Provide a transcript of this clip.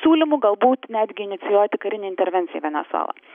siūlymų galbūt netgi inicijuoti karinę intervenciją venesueloj